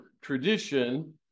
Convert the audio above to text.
tradition